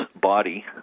body